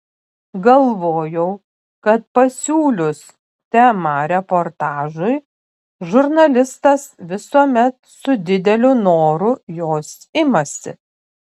galvojau kad pasiūlius temą reportažui žurnalistas visuomet su dideliu noru jos imasi